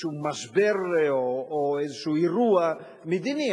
במשבר או איזשהו אירוע מדיני.